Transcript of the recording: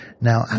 Now